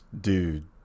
dude